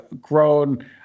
grown